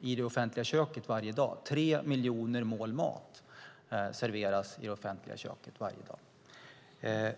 i det offentliga köket varje dag. Tre miljoner mål mat serveras i det offentliga köket varje dag.